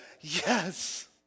Yes